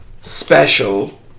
special